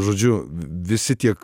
žodžiu visi tiek